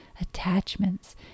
attachments